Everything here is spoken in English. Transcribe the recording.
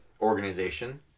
organization